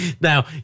now